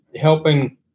helping